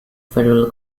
federal